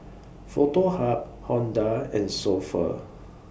Foto Hub Honda and So Pho